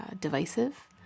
divisive